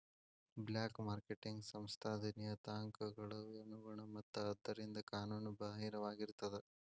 black marketing ಸಂಸ್ಥಾದ್ ನಿಯತಾಂಕಗಳ ಅನುಗುಣ ಮತ್ತ ಆದ್ದರಿಂದ ಕಾನೂನು ಬಾಹಿರವಾಗಿರ್ತದ